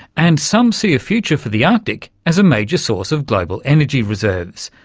and some see a future for the arctic as a major source of global energy reserves.